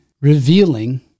revealing